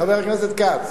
חבר הכנסת כץ?